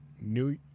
New